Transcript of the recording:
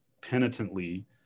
penitently